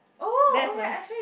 that's my f~